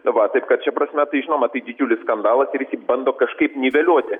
tai va taip kad šia prasme tai žinoma tai didžiulis skandalas ir jis jį bando kažkaip niveliuoti